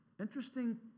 interesting